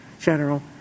General